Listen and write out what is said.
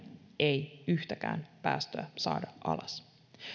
ei yhtäkään päästöä saada alas